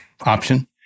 option